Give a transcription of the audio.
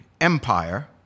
Empire